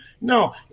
No